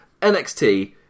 NXT